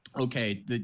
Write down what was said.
okay